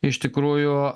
iš tikrųjų